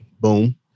Boom